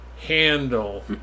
Handle